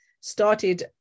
started